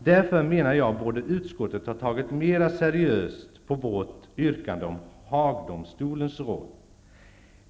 Jag menar därför att utskottet borde ha tagit mer seriöst på vårt yrkande om Haagdomstolens roll.